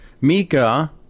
Mika